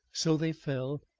so they fell.